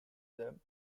them